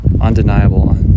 undeniable